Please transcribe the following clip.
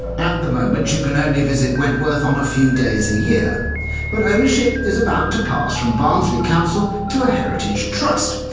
at the moment, you can only visit wentworth on a few days a year but ownership is about to pass from barnsley council to a heritage trust,